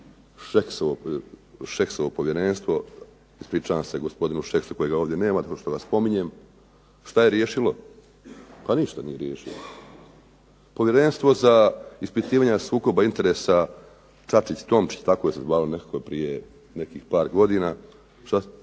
"Šeksovo povjerenstvo", ispričavam se gospodinu Šeksu kojega ovdje nema zato što ga spominjem, što je riješilo? Pa ništa nije riješilo. Povjerenstvo za ispitivanje sukoba interesa Čačić-Tomčić, tako se zvalo nekako prije nekih par godina, čak